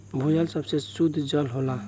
भूजल सबसे सुद्ध जल होला